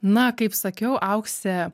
na kaip sakiau auksė